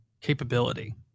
capability